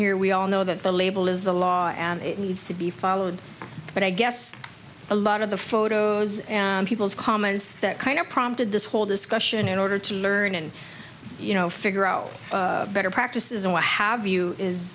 here we all know that the label is the law and it needs to be followed but i guess a lot of the photos and people's comments that kind of prompted this whole discussion in order to learn and you know figaro better practices and what have you is